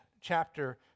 chapter